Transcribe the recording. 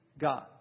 God